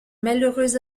malheureux